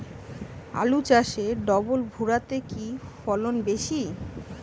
আলু চাষে ডবল ভুরা তে কি ফলন বেশি?